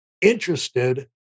interested